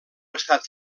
estat